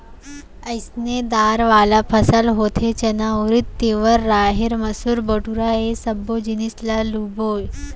अइसने दार वाला फसल होथे चना, उरिद, तिंवरा, राहेर, मसूर, बटूरा ए सब्बो जिनिस ल लूबे